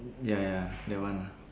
ya ya that one